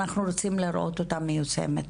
אנחנו רוצים לראות אותה מיושמת.